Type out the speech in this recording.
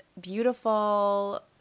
beautiful